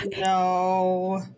no